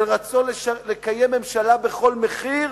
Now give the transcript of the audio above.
של רצון לקיים ממשלה בכל מחיר,